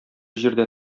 җирдә